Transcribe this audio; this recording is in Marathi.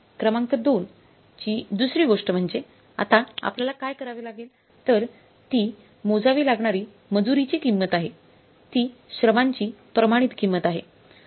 क्रमांक 2 ची दुसरी गोष्ट म्हणजे आता आपल्याला काय करावे लागेल तर ती मोजावे लागणारी मजुरीची किंमत आहे ती श्रमांची प्रमाणित किंमत आहे